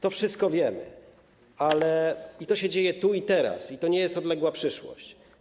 To wszystko wiemy, to się dzieje tu i teraz i to nie jest odległa przyszłość.